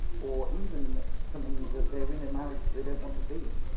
or even something that they were in a marriage they don't want to be in,